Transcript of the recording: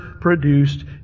produced